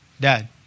dad